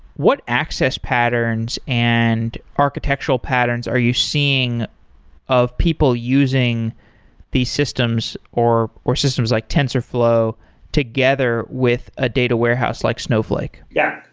what access patterns and architectural patterns are you seeing of people using these systems or systems systems like tensorflow together with a data warehouse like snowflake? yeah.